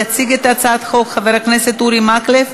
יציג את הצעת החוק חבר הכנסת אורי מקלב,